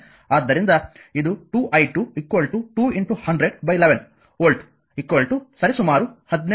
ಆದ್ದರಿಂದ ಇದು 2i2 210011 volt ಸರಿಸುಮಾರು 18